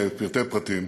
לפרטי-פרטים.